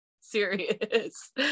Serious